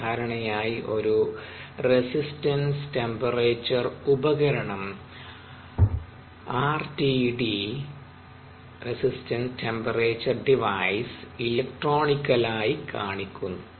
സാധാരണയായി ഒരു resistance temperature ഉപകരണം RTD ഇലക്ട്രോണിക്കലായി കാണിക്കുന്നു